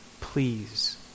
please